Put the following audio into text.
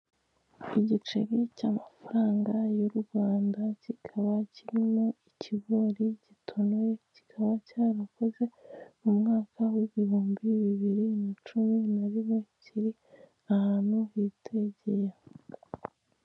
Igiceri cy'amafaranga y'u Rwanda, kikaba kirimo ikigori gitonoye kikaba cyarakozwe mu mwaka 2011. Kiri ahantu hitegeye.